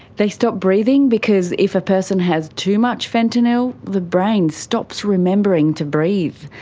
they stop breathing because if a person has too much fentanyl, the brain stops remembering to breathe.